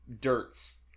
dirt's